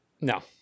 No